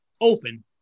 open